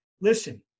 Listen